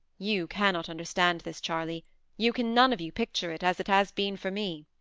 you cannot understand this, charley you can none of you picture it, as it has been, for me.